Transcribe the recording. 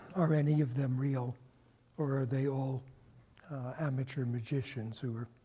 are any of them real, or are they all amateur magicians who are